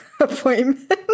appointment